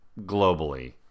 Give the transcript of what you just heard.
globally